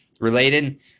related